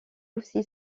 aussi